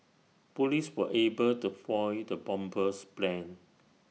Police were able to foil the bomber's plans